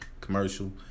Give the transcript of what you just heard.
commercial